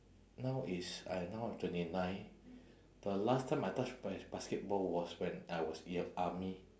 now it's I now twenty nine the last time I touch my basketball was when I was in army